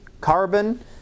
carbon